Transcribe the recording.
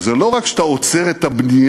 זה לא רק שאתה עוצר את הבנייה